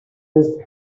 his